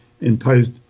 imposed